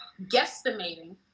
guesstimating